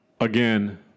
again